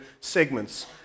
segments